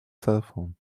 cellphone